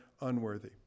unworthy